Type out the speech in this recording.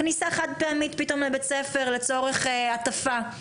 כניסה חד-פעמית פתאום לבית ספר לצורך הטפה.